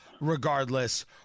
regardless